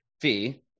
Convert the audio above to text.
Fee